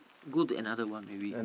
go to another one maybe